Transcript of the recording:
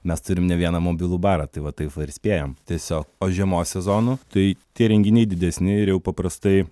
mes turim ne vieną mobilų barą tai va taip va ir spėjam tiesiog o žiemos sezonu tai tie renginiai didesni ir jau paprastai